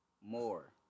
more